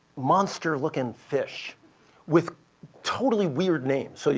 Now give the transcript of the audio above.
monster looking fish with totally weird names. so